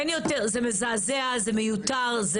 זה מזעזע, זה מיותר.